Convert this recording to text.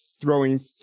throwing